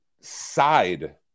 side